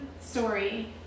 story